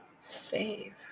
Save